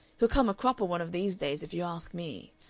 he'll come a cropper one of these days, if you ask me.